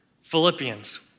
Philippians